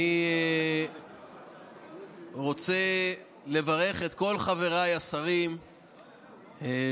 אני רוצה לברך את כל חבריי השרים שיושבים